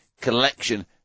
collection